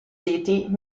city